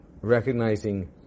recognizing